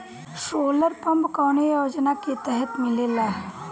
Solar pump कौने योजना के तहत मिलेला?